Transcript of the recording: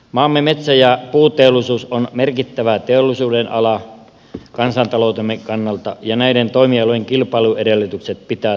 maamme metsä ja puuteollisuus on merkittävä teollisuudenala kansantaloutemme kannalta ja näiden toimialojen kilpailuedellytykset pitää turvata